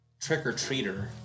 trick-or-treater